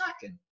second